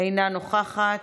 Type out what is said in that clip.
אינה נוכחת,